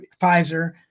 Pfizer